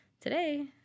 today